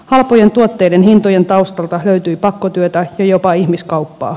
halpojen tuotteiden hintojen taustalta löytyy pakkotyötä ja jopa ihmiskauppaa